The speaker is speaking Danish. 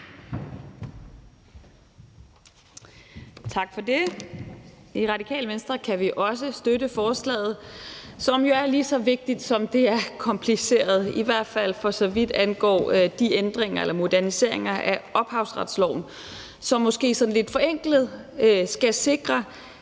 Tak for det. I Radikale Venstre kan vi også støtte forslaget, som jo er lige så vigtigt, som det er kompliceret, i hvert fald for så vidt angår de ændringer eller moderniseringer af ophavsretsloven, som måske sådan lidt forenklet sagt skal sikre,